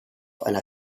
einer